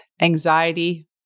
anxiety